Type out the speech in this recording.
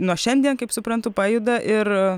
nuo šiandien kaip suprantu pajuda ir